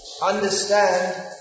understand